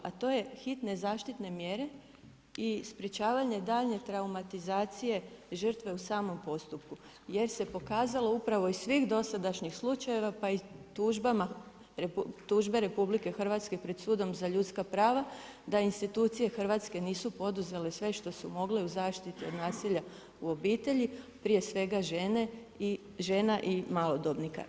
A to je hitne zaštitne mjere i sprječavanje daljnje traumatizacije žrtve u samom postupku jer se pokazalo upravo iz svih dosadašnjih slučajeva pa i tužbama, tužbe Republike Hrvatske pred Sudom za ljudska prava da institucije Hrvatske nisu poduzele sve što su mogle u zaštiti od nasilja u obitelji, prije svega žena i malodobnika.